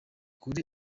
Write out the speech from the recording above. kuri